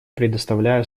предоставляю